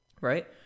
right